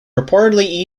reportedly